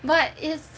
but is good